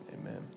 Amen